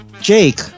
Jake